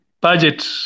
budget